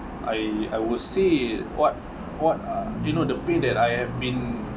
I I would say what what uh you know the thing that I have been